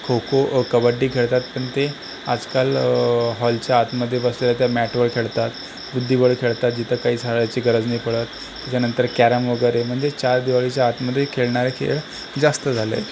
खो खो कबड्डी खेळतात पण ते आजकाल हॉलच्या आतमध्ये बसवलेल्या त्या मॅटवर खेळतात बुद्धिबळ खेळतात जिथं काही झाडायची गरज नाही पडत त्यानंतर कॅरम वगैरे म्हणजे चार दिवारीच्या आतमध्ये खेळणारे खेळ जास्त झालेत